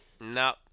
Nope